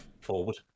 forward